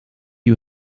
you